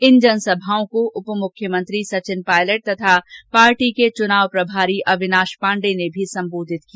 इन जनसभाओं को उप मुख्यमंत्री सचिन पायलट तथा पार्टी के चुनाव प्रभारी अविनाश पांडे ने भी संबोधित किया